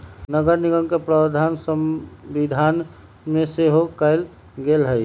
नगरनिगम के प्रावधान संविधान में सेहो कयल गेल हई